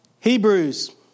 Hebrews